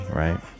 right